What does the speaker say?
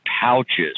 Pouches